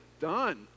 Done